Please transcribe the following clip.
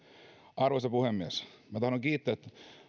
arvoisa puhemies tahdon kiittää